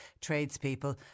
tradespeople